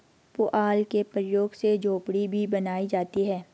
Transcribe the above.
पुआल के प्रयोग से झोपड़ी भी बनाई जाती है